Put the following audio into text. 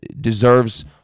deserves